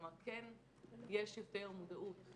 כלומר כן יש יותר מודעות.